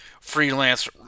Freelance